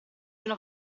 una